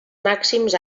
màxims